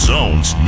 Zone's